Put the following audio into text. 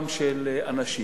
גם של אנשים.